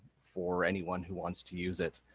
for anyone who wants to use it.